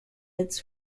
its